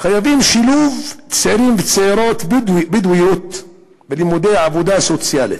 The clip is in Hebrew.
חייבים שילוב של צעירים וצעירות בדואים בלימודי עבודה סוציאלית.